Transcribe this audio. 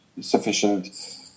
sufficient